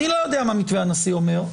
אני לא יודע מה מתווה הנשיא אומר,